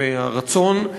על הרצון,